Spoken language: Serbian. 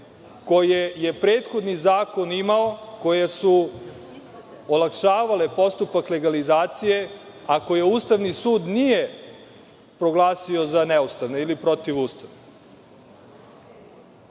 koje je prethodni zakon imao koje su olakšavale postupak legalizacije, a koje Ustavni sud nije proglasio za neustavne ili protivustavne.